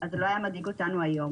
אז זה לא היה מדאיג אותנו היום.